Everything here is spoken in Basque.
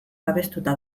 babestuta